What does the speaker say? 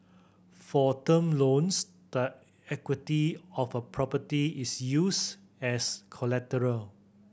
for term loans the equity of a property is used as collateral